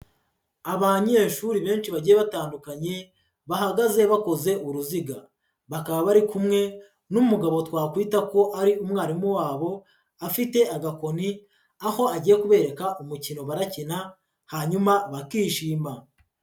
Abanyeshuri benshi bagiye batandukanye, bahagaze bakoze uruziga, bakaba bari kumwe n'umugabo twakwita ko ari umwarimu wabo afite agakoni, aho agiye kubereka umukino barakina, hanyuma bakishima.